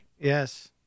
Yes